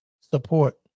support